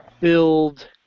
build